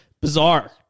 bizarre